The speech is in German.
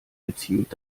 gezielt